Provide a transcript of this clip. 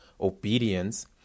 obedience